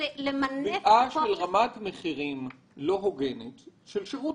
קביעה של רמת מחירים לא הוגנת בשירות